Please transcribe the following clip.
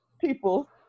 people